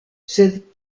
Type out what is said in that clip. sed